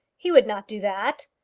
he would not do that.